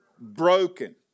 Broken